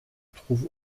trouve